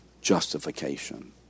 justification